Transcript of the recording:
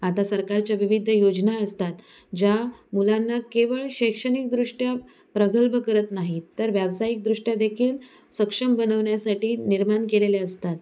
आता सरकारच्या विविध योजना असतात ज्या मुलांना केवळ शैक्षणिकदृष्ट्या प्रगल्भ करत नाहीत तर व्यावसायिकदृष्ट्या देखील सक्षम बनवण्यासाठी निर्माण केलेल्या असतात